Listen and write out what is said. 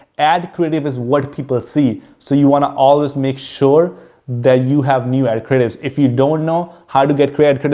ad creative is what people see. so, you want to always make sure that you have new ad creatives. if you don't know how to get creative,